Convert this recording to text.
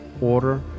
Order